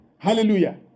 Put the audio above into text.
Hallelujah